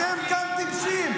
אתם גם טיפשים.